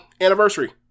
anniversary